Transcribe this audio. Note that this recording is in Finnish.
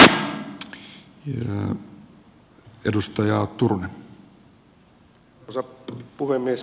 arvoisa puhemies